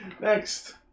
Next